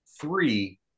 three